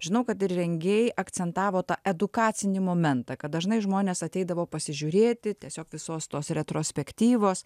žinau kad ir rengėjai akcentavo tą edukacinį momentą kad dažnai žmonės ateidavo pasižiūrėti tiesiog visos tos retrospektyvos